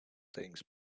things